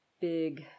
big